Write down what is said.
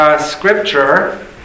scripture